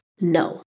no